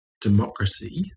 democracy